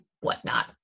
whatnot